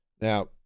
Now